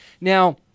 Now